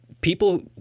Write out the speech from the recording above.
people